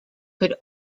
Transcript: could